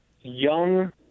young